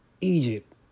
Egypt